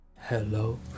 hello